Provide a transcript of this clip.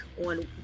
on